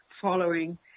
following